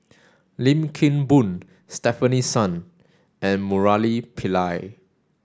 Lim Kim Boon Stefanie Sun and Murali Pillai